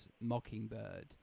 Mockingbird